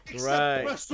Right